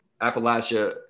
Appalachia